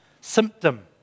symptom